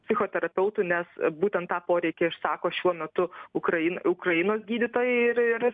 psichoterapeutų nes būtent tą poreikį išsako šiuo metu ukrain ukrainos gydytojai ir ir